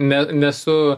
ne nesu